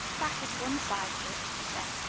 that is one side of it, she said.